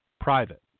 private